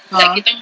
(uh huh)